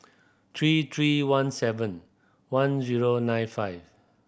three three one seven one zero nine five